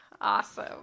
Awesome